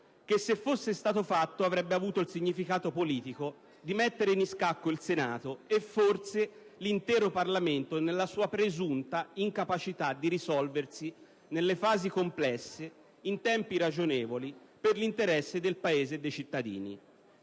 che, se ciò fosse stato fatto, avrebbe avuto il significato politico di mettere in scacco il Senato e forse anche l'intero Parlamento nella sua presunta incapacità di decidere, nelle fasi complesse, in tempi ragionevoli per l'interesse del Paese e dei cittadini.